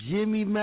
Jimmy